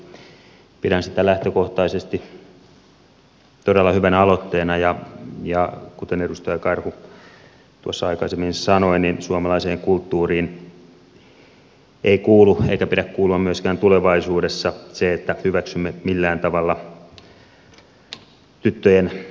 pidän sitä lähtökohtaisesti todella hyvänä aloitteena ja kuten edustaja karhu aikaisemmin sanoi niin suomalaiseen kulttuuriin ei kuulu eikä pidä kuulua myöskään tulevaisuudessa se että hyväksymme millään tavalla tyttöjen silpomisen